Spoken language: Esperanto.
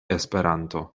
esperanto